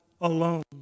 alone